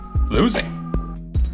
losing